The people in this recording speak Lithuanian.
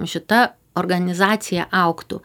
šita organizacija augtų